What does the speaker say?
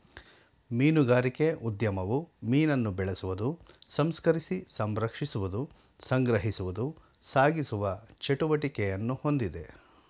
ಮೀನುಗಾರಿಕೆ ಉದ್ಯಮವು ಮೀನನ್ನು ಬೆಳೆಸುವುದು ಸಂಸ್ಕರಿಸಿ ಸಂರಕ್ಷಿಸುವುದು ಸಂಗ್ರಹಿಸುವುದು ಸಾಗಿಸುವ ಚಟುವಟಿಕೆಯನ್ನು ಹೊಂದಿದೆ